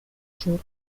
sur